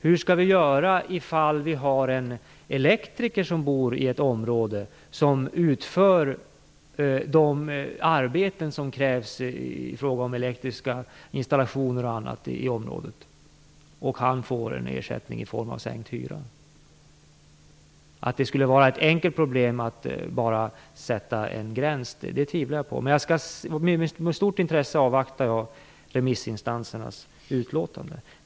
Hur skall vi göra om det bor en elektriker i ett område som utför de arbeten som krävs i fråga om elektriska installationer och annat i området och som får en ersättning i form av sänkt hyra? Att det skulle vara ett enkelt problem, att bara sätta en gräns, tvivlar jag på. Med stort intresse avvaktar jag remissinstansernas utlåtande.